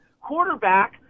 quarterback